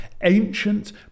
ancient